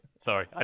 Sorry